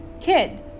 kid